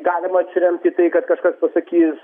galima atsiremti į tai kad kažkas pasakys